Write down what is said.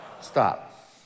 Stop